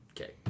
Okay